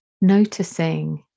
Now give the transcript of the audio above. noticing